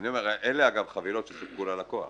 אלה חבילות ששווקו ללקוח.